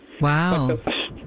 Wow